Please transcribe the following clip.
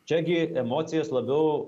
čiagi emocijas labiau